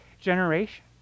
generation